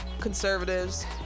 conservatives